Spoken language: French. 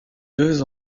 deux